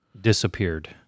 disappeared